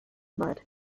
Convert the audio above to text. mud